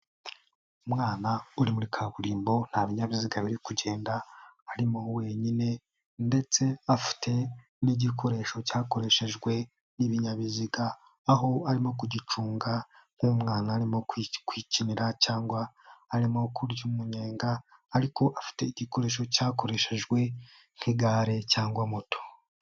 Umwana uri muri kaburimbo nta binyabiziga biri kugenda arimo wenyine ndetse afite n'igikoresho cyakoreshejwe n'ibinyabiziga aho arimo kugicunga nk'umwana arimo kwikinira cyangwa arimo kurya umunyenga ariko afite igikoresho cyakoreshejwe nk'igare cyangwa moto.